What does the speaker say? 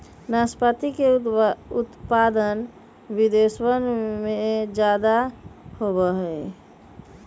नाशपाती के उत्पादन विदेशवन में ज्यादा होवा हई